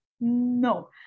No